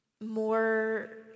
more